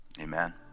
Amen